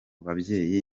babyeyi